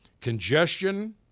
congestion